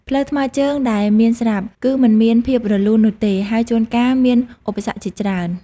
ផ្លូវថ្មើរជើងដែលមានស្រាប់ គឺមិនមានភាពរលូននោះទេ ហើយជួនកាលមានឧបសគ្គជាច្រើន។